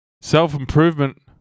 Self-improvement